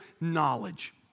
knowledge